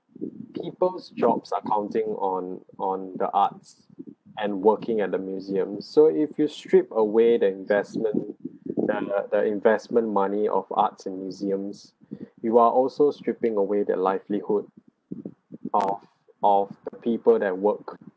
people's jobs are counting on on the arts and working at the museum so if you strip away the investment the the investment money of arts and museums you are also stripping away the livelihood of of the people that work